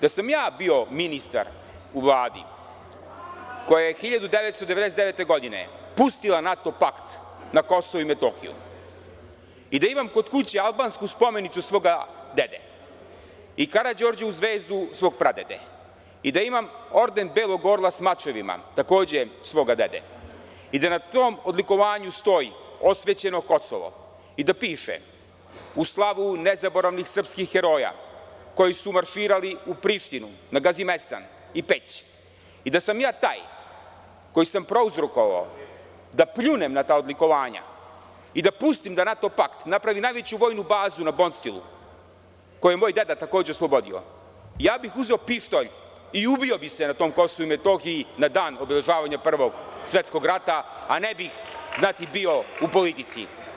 Da sam ja bio ministar u Vladi koja je 1999. godine pustila NATO pakt na KiM i da imam kod kuće Albansku spomenicu svoga dede, i Karađorđevu zvezdu svog pradede, i da imam orden Belog orla sa mačevima, takođe svoga dede, i da na tom odlikovanju stoji – osvećeno Kosovo i da piše – u slavu nezaboravnih srpskih heroja koji su marširali u Prištinu, na Gazimestan i Peć, i da sam ja taj koji sam prouzrokovao da pljunem na ta odlikovanja i da pustim da NATO pakt napravi najveću vojnu bazu na Bonstilu, koju je moj deda takođe oslobodio, ja bih uzeo pištolj i ubio bi se na tom Kosovu i Metohiji na dan obeležavanja Prvog svetskog rata, a ne bih bio u politici.